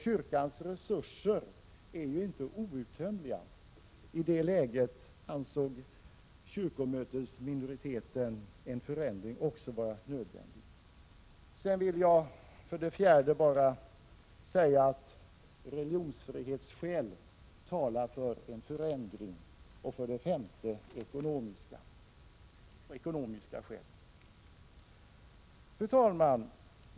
Kyrkans resurser är inte outömliga. Även av det skälet ansåg kyrkomötets minoritet en förändring vara nödvändig. För det fjärde talar religionsfrihetsskäl för en förändring, och för det femte ekonomiska skäl. Fru talman!